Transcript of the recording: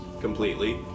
completely